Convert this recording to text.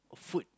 food